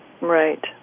right